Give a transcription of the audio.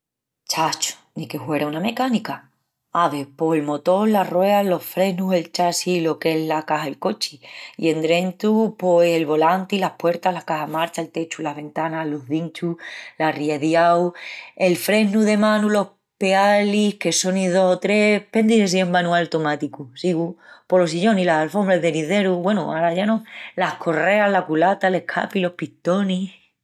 Chacho, ni que huera una mecánica. Ave, pos el motol, las rueas, los fresnus, el chasi i lo que es la caxa'l cochi. I endrentu pos el volanti, las puertas, la caxa marchas, el techu, las ventanas, los cinchus, l'arradiu, el fresnu de manu, los pealis, que sonin dos o tres pendi si es manual o automáticu. Sigu? Pos los sillonis, las alfombras, el cenizeru, güenu, ara ya no, las correas, la culata, l'escapi, los pistonis,...